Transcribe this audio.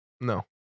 no